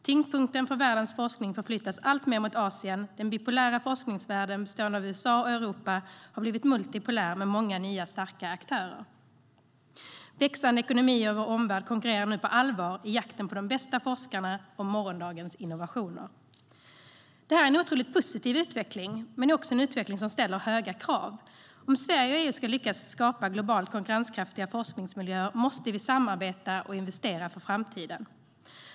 Tyngdpunkten för världens forskning förflyttas alltmer mot Asien. Den bipolära forskningsvärlden, bestående av USA och Europa, har blivit multipolär med många nya starka aktörer. Växande ekonomier i vår omvärld konkurrerar nu på allvar i jakten på de bästa forskarna och morgondagens innovationer. Det här är en otroligt positiv utveckling, men det är också en utveckling som ställer höga krav. Om Sverige och EU ska lyckas skapa globalt konkurrenskraftiga forskningsmiljöer måste vi samarbeta och investera för framtiden.